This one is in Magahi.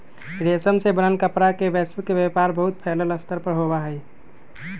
रेशम से बनल कपड़ा के वैश्विक व्यापार बहुत फैल्ल स्तर पर होबा हई